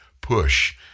push